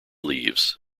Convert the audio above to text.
leaves